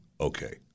okay